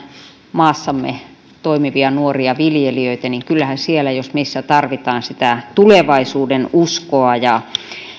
maassamme toimivia nuoria viljelijöitä niin kyllähän siellä jos missä tarvitaan sitä tulevaisuudenuskoa ja